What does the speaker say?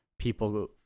People